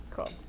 Cool